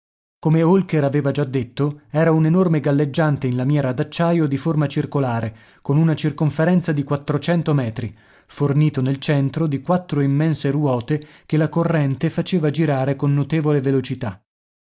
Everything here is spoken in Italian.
come holker aveva già detto era un enorme galleggiante in lamiera d'acciaio di forma circolare con una circonferenza di metri fornito nel centro di quattro immense ruote che la corrente faceva girare con notevole velocità